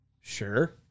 Sure